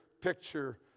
picture